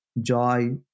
joy